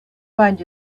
find